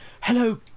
Hello